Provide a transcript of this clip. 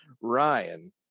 ryan